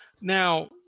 Now